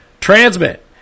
Transmit